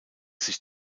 sich